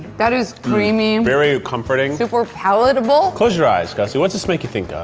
that is creamy. and very comforting. super palatable. close your eyes, kelsey. what's this make you think of?